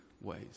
ways